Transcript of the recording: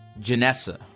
Janessa